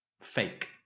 Fake